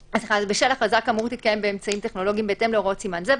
-- "בשל הכרזה כאמור תתקיים באמצעים טכנולוגיים בהתאם להוראות סימן זה,